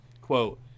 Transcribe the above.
quote